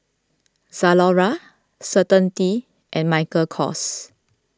Zalora Certainty and Michael Kors